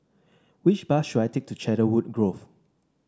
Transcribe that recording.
which bus should I take to Cedarwood Grove